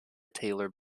taylor